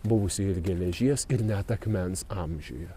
buvusį ir geležies ir net akmens amžiuje